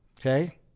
Okay